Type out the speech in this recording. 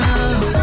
love